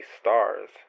stars